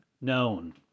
known